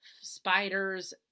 spiders